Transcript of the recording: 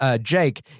Jake